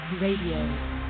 Radio